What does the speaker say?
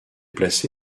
placé